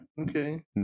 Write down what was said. okay